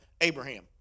Abraham